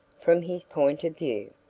from his point of view.